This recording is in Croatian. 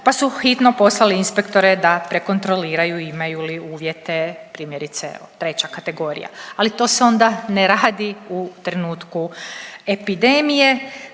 pa su hitno poslali inspektore da prekontroliraju imaju li uvjete, primjerice, 3. kategorija, ali to se onda ne radi u trenutku epidemije,